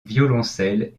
violoncelle